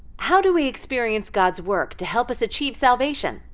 how do we experience god's work to help us achieve salvation?